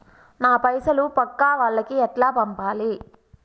నా పైసలు పక్కా వాళ్లకి ఎట్లా పంపాలి?